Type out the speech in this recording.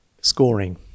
Scoring